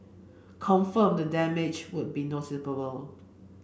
confirm the damage would be noticeable